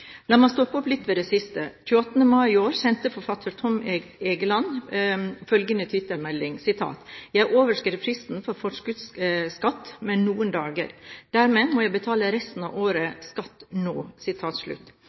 La meg stoppe opp litt ved det siste. Den 28. mai i år sendte forfatter Tom Egeland ut følgende Twitter-melding: «Jeg overskred fristen for forskuddsskatt med noen dager. Dermed må jeg betale resten av